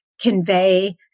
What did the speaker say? convey